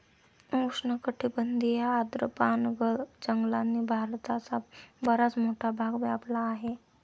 उष्णकटिबंधीय आर्द्र पानगळ जंगलांनी भारताचा बराच मोठा भाग व्यापला आहे